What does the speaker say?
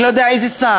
אני לא יודע איזה שר,